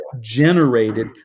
generated